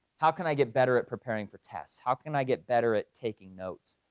how can i get better at preparing for tests? how can i get better at taking notes?